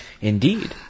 Indeed